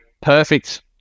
perfect